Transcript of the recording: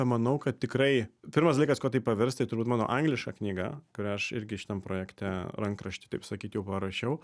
manau kad tikrai pirmas dalykas kuo tai pavirs tai turbūt mano angliška knyga kurią aš irgi šitam projekte rankraštį taip sakyt jau parašiau